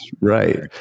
Right